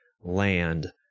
land